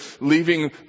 leaving